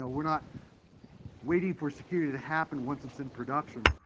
ah we're not waiting for security happen once it's in production.